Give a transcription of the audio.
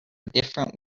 different